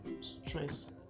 stress